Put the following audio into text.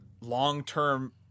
long-term